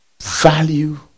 Value